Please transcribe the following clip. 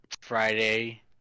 Friday